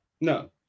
No